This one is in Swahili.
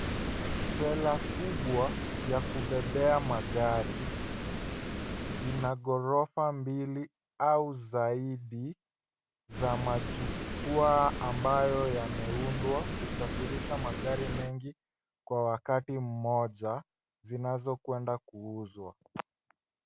Trela kubwa ya kubebea magari ina ghorofa mbili au zaidi za majukwaa ambayo yameundwa kusafirisha magari mengi kwa wakati mmoja zinazokwenda kuuzwa.